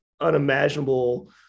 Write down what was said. unimaginable